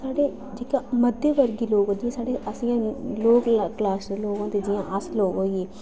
साढ़ा जेह्का मध्यवर्गीय लोक जि'यां साढ़े असें लोअर क्लास दे लोक होंदे जि'यां अस लोक होई गे